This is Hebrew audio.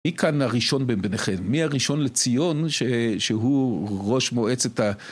מי כאן הראשון בין ביניכם, מי הראשון לציון שהוא ראש מועצת ה...